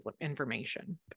information